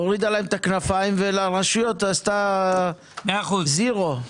הורידה להם את הכנפיים ולרשויות עשתה זירו.